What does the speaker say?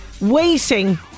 waiting